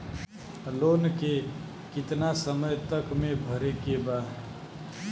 Loan के कितना समय तक मे भरे के बा?